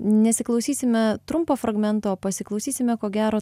nesiklausysime trumpo fragmento pasiklausysime ko gero